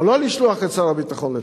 או לא לשלוח את שר הביטחון לתקן,